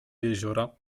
jeziora